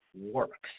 works